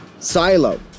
silo